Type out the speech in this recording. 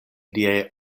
liaj